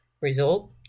Result